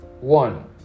One